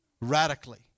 radically